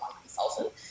consultant